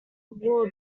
wore